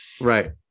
Right